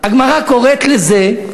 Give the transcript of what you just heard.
הגמרא קוראת לזה: